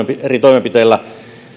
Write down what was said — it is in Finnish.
eri toimenpiteillä